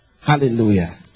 Hallelujah